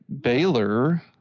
Baylor